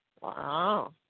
Wow